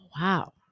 Wow